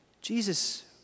Jesus